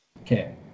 Okay